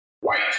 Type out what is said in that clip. white